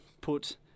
put